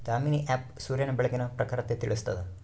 Damini app ಸೂರ್ಯನ ಬೆಳಕಿನ ಪ್ರಖರತೆ ತಿಳಿಸ್ತಾದ